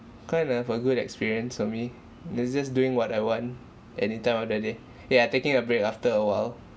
kind of a good experience for me it's just doing what I want any time of the day ya taking a break after awhile